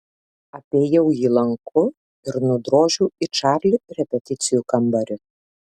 apėjau jį lanku ir nudrožiau į čarli repeticijų kambarį